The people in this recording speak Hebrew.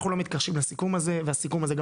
אנחנו לא מתכחשים לסיכום הזה והסיכום הזה,